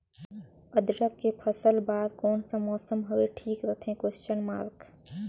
अदरक के फसल बार कोन सा मौसम हवे ठीक रथे?